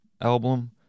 album